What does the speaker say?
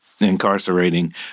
incarcerating